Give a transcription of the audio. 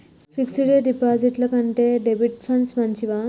Fix డ్ డిపాజిట్ల కంటే డెబిట్ ఫండ్స్ మంచివా?